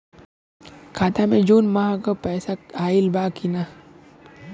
खाता मे जून माह क पैसा आईल बा की ना?